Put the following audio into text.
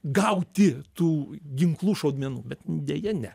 gauti tų ginklų šaudmenų bet deja ne